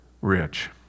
rich